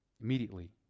Immediately